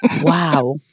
wow